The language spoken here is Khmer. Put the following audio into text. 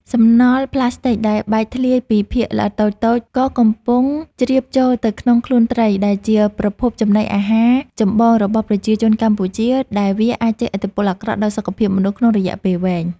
សំណល់ផ្លាស្ទិកដែលបែកធ្លាយជាភាគល្អិតតូចៗក៏កំពុងជ្រាបចូលទៅក្នុងខ្លួនត្រី ដែលជាប្រភពចំណីអាហារចម្បងរបស់ប្រជាជនកម្ពុជា ដែលវាអាចជះឥទ្ធិពលអាក្រក់ដល់សុខភាពមនុស្សក្នុងរយៈពេលវែង។